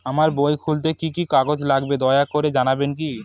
আমার বই খুলতে কি কি কাগজ লাগবে দয়া করে জানাবেন কি?